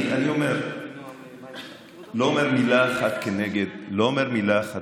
אני לא אומר מילה אחת כנגד הליכוד.